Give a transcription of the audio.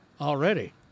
already